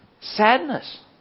sadness